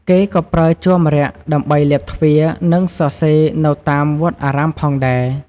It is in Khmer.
គេក៏ប្រើជ័រម្រ័ក្សណ៍ដើម្បីលាបទ្វារ និងសរសេរនៅតាមវត្តអារាមផងដែរ។